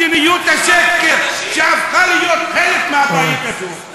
מדיניות השקר שהפכה להיות חלק מהבית הזה.